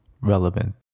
Relevant